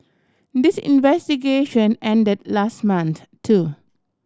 this investigation ended last month too